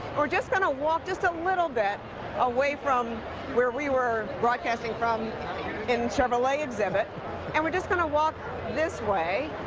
we're just going to walk just a little bit away from where we were broadcasting from in chevrolet exhibit and we're just going to walk this way.